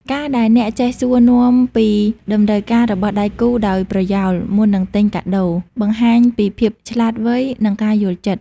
ការដែលអ្នកចេះសួរនាំពីតម្រូវការរបស់ដៃគូដោយប្រយោលមុននឹងទិញកាដូ បង្ហាញពីភាពឆ្លាតវៃ និងការយល់ចិត្ត។